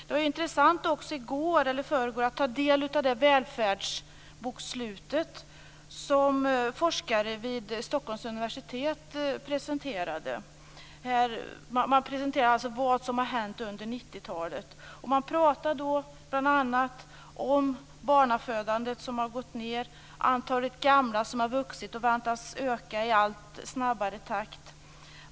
Det var intressant i går, eller om det var i förrgår, att få ta del av det välfärdsbokslut som forskare vid Stockholms universitet presenterade. Man redovisade vad som hade hänt under 90-talet och pratade bl.a. om att barnafödandet har gått ned, att antalet gamla har vuxit och väntas öka i allt snabbare takt.